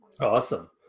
awesome